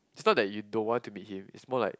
it's not that you don't want to be him is more like